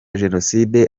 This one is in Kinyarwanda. jenoside